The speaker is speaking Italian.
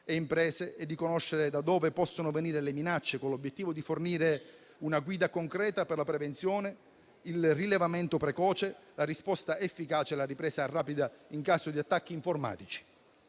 e imprese affinché sappiano da dove possono venire le minacce, con l'obiettivo di fornire una guida concreta per la prevenzione, il rilevamento precoce, la risposta efficace e la ripresa rapida in caso di attacchi informatici.